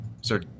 Sir